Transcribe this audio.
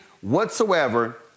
whatsoever